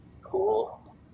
Cool